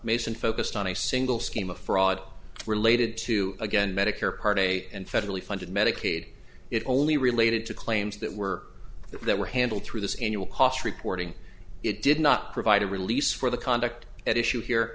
mason focused on a single scheme of fraud related to again medicare part a and federally funded medicaid it only related to claims that were that were handled through this annual cost reporting it did not provide a release for the conduct at issue here